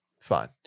fine